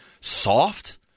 Soft